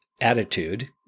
attitude